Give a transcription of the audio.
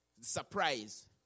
surprise